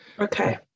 Okay